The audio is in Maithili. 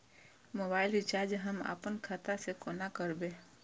मोबाइल रिचार्ज हम आपन खाता से कोना करबै?